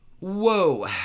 Whoa